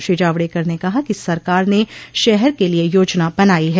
श्री जावड़ेकर ने कहा कि सरकार ने शहर के लिए योजना बनाई है